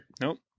Nope